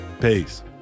Peace